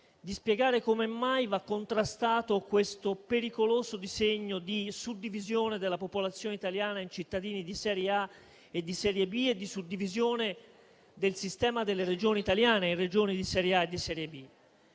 di spiegare come mai vada contrastato questo pericoloso disegno di suddivisione della popolazione italiana in cittadini di serie A e di serie B e di suddivisione del sistema delle Regioni italiane in Regioni di serie A e di serie B.